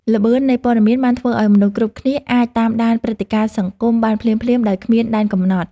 ល្បឿននៃព័ត៌មានបានធ្វើឱ្យមនុស្សគ្រប់គ្នាអាចតាមដានព្រឹត្តិការណ៍សង្គមបានភ្លាមៗដោយគ្មានដែនកំណត់។